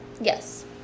Yes